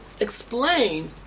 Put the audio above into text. explain